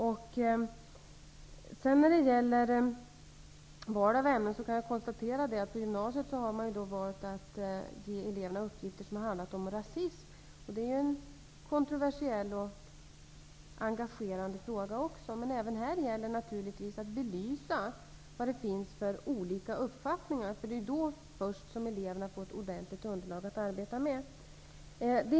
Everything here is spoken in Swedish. Beträffande val av ämne kan jag konstatera att man på gymnasiet har valt att ge eleverna ämnen som handlat om rasism. Det är också ett kontroversiellt och engagerande tema. Även här gäller det att belysa vilka olika uppfattningar som finns. Först då får eleverna ett ordentligt underlag att arbeta med.